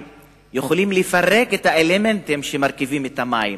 יכולים לפרק את האלמנטים שמרכיבים את המים,